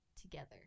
together